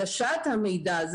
והנגשת המידע.